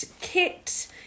kit